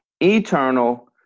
eternal